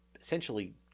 essentially